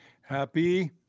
Happy